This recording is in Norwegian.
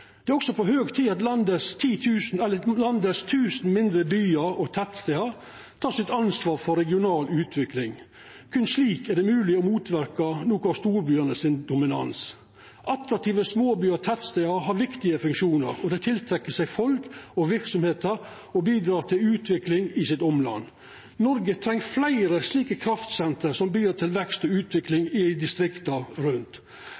Det er også på høg tid at landets tusen mindre byar og tettstader tek sitt ansvar for regional utvikling. Berre slik er det mogleg å motverka noko av dominansen til storbyane. Attraktive småbyar og tettstader har viktige funksjonar, dei tiltrekkjer seg folk og verksemder og bidreg til utvikling i sitt omland. Noreg treng fleire slike kraftsenter som bidreg til vekst og utvikling i distrikta rundt.